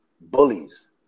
bullies